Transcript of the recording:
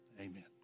Amen